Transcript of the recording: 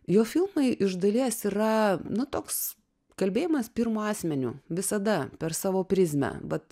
jo filmai iš dalies yra nu toks kalbėjimas pirmu asmeniu visada per savo prizmę vat